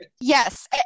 Yes